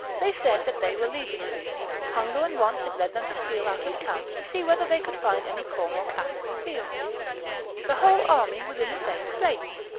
they said that they were legionaries hunger and want had led them to steal out of camp to see whether they could find any corn or cattle in the fields the whole army was in the same straits,